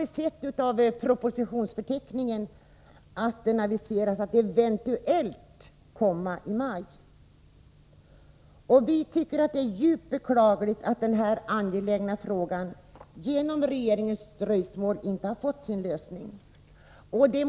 I propositionsförteckningen aviseras att den eventuellt skall läggas fram i maj. Det är djupt beklagligt att man i denna angelägna fråga som en följd av regeringens dröjsmål inte har kunnat komma fram till en lösning.